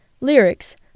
Lyrics